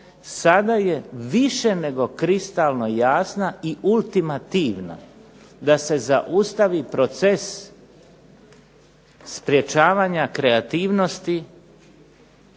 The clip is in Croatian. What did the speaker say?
sada je više nego kristalno jasna i ultimativna, da se zaustavi proces sprečavanja kreativnosti,